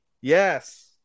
Yes